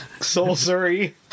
sorcery